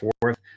fourth